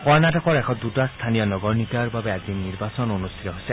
কৰ্ণটিকৰ এশ দুটা স্থানীয় নগৰ নিকায়ৰ বাবে আজি নিৰ্বাচন অনুষ্ঠিত হৈছে